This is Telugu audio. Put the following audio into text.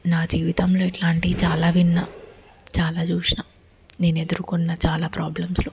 నా జీవితంలో ఇట్లాంటివి చాలా విన్నాను చాలా చూసాను నేను ఎదుర్కొన్న చాలా ప్రాబ్లమ్స్లో